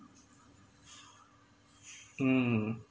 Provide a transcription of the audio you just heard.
mm